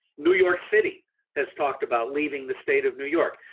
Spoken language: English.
new york city has talked about leaving the state of new york,